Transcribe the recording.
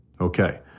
okay